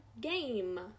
game